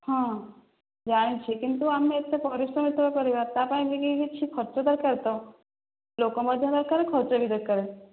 ହଁ ଜାଣିଛି କିନ୍ତୁ ଆମେ ଏତେ ପରିଶ୍ରମ ଯେତେବେଳେ କରିବା ତା ପାଇଁ ବି କିଛି ଖର୍ଚ୍ଚ ଦରକାର ତ ଲୋକ ମଧ୍ୟ ଦରକାର ଖର୍ଚ୍ଚ ବି ଦରକାର